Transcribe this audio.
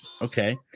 Okay